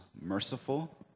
merciful